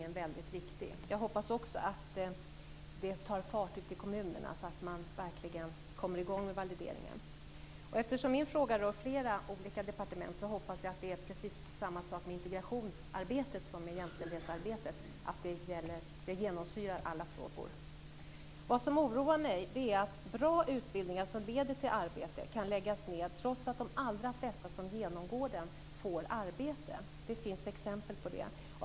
Fru talman! Jag tackar för ett mycket bra svar. Jag känner till Valideringsutredningen, och jag tycker att de förslagen är bra. När valideringen är gjord är kompletteringsutbildningen väldigt viktig. Jag hoppas också att det tar fart ute i kommunerna, så att man verkligen kommer i gång med valideringen. Eftersom min fråga rör flera olika departement hoppas jag att det är precis samma sak med integrationsarbetet som med jämställdhetsarbetet, att det genomsyrar alla frågor. Vad som oroar mig är att bra utbildningar som leder till arbete kan läggas ned, trots att de allra flesta som genomgår dem får arbete. Det finns exempel på det.